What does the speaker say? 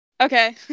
Okay